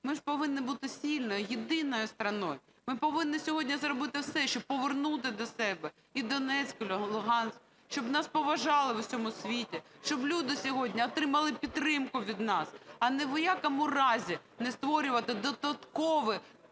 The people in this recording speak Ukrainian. Ми ж повинні бути сильною, єдиною страной. Ми повинні сьогодні зробити все, щоб повернути до себе і Донецьк, і Луганськ, щоб нас поважали в усьому світі, щоб люди сьогодні отримали підтримку від нас, а ні в якому разі не створювати додаткові